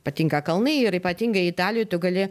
patinka kalnai ir ypatingai italijoj tu gali